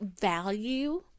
value